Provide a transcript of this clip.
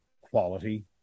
quality